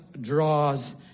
draws